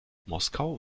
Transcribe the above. moskau